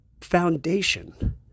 foundation